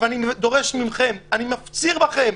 אבל אני דורש מכם, אני מפציר בכם,